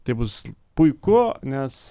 tai bus puiku nes